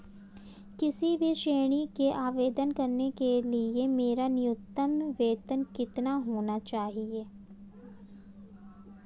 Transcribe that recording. किसी भी ऋण के आवेदन करने के लिए मेरा न्यूनतम वेतन कितना होना चाहिए?